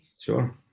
Sure